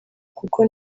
kuko